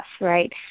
Right